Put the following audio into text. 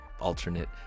alternate